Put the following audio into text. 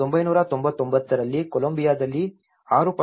1999 ರಲ್ಲಿ ಕೊಲಂಬಿಯಾದಲ್ಲಿ 6